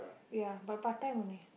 ya but part time only